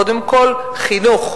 או לב העניין הוא קודם כול חינוך?